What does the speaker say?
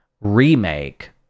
remake